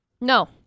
No